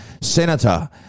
Senator